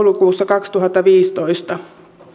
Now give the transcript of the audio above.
joulukuussa kaksituhattaviisitoista